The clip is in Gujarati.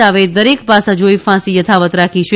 રાવે દરેક પાસા જોઇ ફાંસી યથાવત રાખી છે